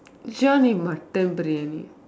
she want to eat mutton briyani